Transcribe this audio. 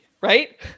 right